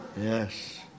Yes